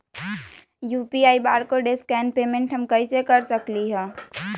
UPI barcode scan payment हम कईसे कर सकली ह?